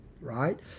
right